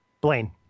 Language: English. Blaine